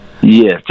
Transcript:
Yes